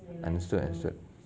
understood understood